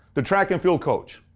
the track and field coach.